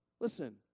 Listen